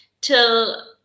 till